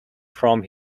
from